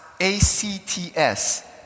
A-C-T-S